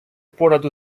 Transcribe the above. понад